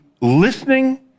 listening